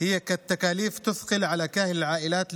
הן עלויות המכבידות על כל המשפחות,